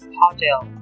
hotel